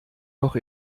noch